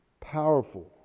powerful